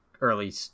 early